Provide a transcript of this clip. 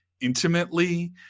intimately